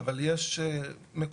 אבל יש מקומות